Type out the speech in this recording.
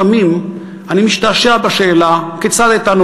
לפעמים אני משתעשע בשאלה כיצד הייתה